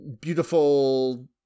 beautiful